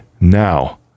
now